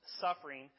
suffering